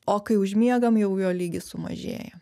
o kai užmiegam jau jo lygis sumažėja